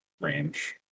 range